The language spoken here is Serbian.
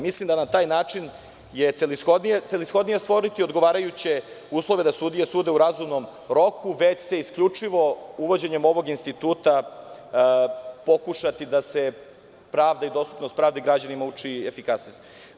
Mislim da je na taj način celishodnije stvoriti odgovarajuće uslove da sudije sude u razumnom roku, već će se isključivo uvođenjem ovog instituta pokušati da se pravda i dostupnost pravde građanima učini efikasnijim.